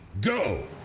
go